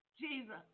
Jesus